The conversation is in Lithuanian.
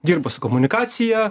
dirba su komunikacija